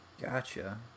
Gotcha